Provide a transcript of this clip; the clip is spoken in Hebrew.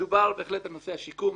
דובר בהחלט על נושא השיקום,